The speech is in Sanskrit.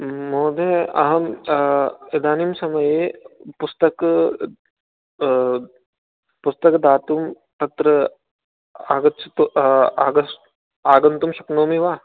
महोदय अहं इदानीं समये पुस्तक पुस्तकदातुं तत्र आगच्छतु आगस् आगन्तुं शक्नोमि वा